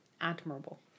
admirable